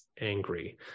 angry